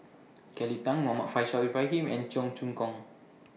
Kelly Tang Muhammad Faishal Ibrahim and Cheong Choong Kong